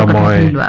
ah mind